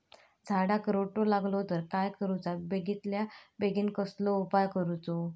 झाडाक रोटो लागलो तर काय करुचा बेगितल्या बेगीन कसलो उपाय करूचो?